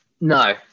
no